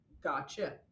Gotcha